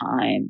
time